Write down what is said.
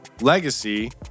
legacy